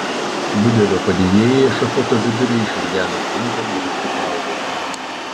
budelio padėjėjai į ešafoto vidurį išrideno trinką ir užtiesė audeklu